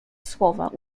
słowa